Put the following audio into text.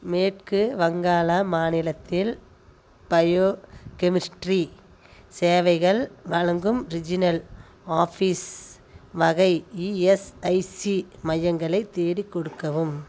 மேற்கு வங்காள மாநிலத்தில் பயோ கெமிஸ்ட்ரி சேவைகள் வழங்கும் ரிஜினல் ஆஃபீஸ் வகை இஎஸ்ஐசி மையங்களை தேடிக்கொடுக்கவும்